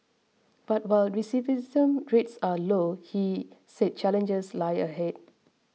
but while recidivism rates are low he said challenges lie ahead